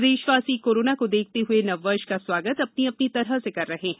प्रदेश वासी कोरोना को देखते हुए नव वर्ष का स्वागत अपनी अपनी तरह से कर रहे हैं